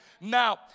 Now